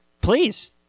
Please